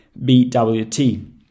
BWT